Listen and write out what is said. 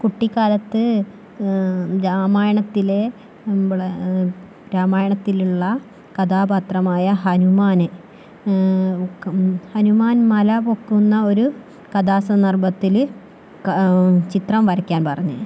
കുട്ടിക്കാലത്ത് രാമായണത്തിലെ നമ്മളുടെ രാമായണത്തിലുള്ള കഥാപാത്രമായ ഹനുമാനെ ഹനുമാൻ മല പൊക്കുന്ന ഒരു കഥാ സന്ദർഭത്തില് ക ചിത്രം വരക്കാൻ പറഞ്ഞ്